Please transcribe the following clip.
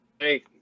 hey